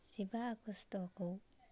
जिबा आगस्ट'खौ